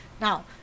now